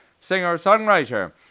singer-songwriter